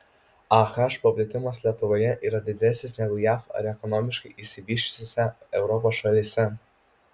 ah paplitimas lietuvoje yra didesnis negu jav ar ekonomiškai išsivysčiusiose europos šalyse